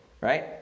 right